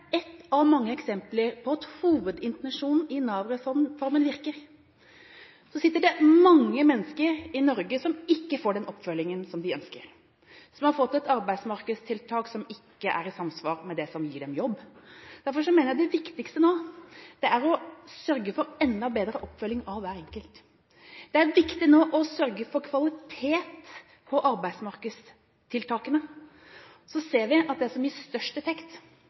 ett av mange eksempler på at hovedintensjonen i Nav-reformen virker. Så er det mange mennesker i Norge som ikke får den oppfølgingen som de ønsker, som har fått et arbeidsmarkedstiltak som ikke er i samsvar med det som gir dem jobb. Derfor mener jeg at det viktigste nå er å sørge for enda bedre oppfølging av hver enkelt. Det er viktig nå å sørge for kvalitet på arbeidsmarkedstiltakene. Så ser vi at det som gir størst effekt, er oppfølging i